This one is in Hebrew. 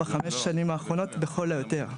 בחמש שנים האחרונות בכל היותר.